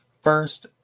first